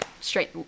straight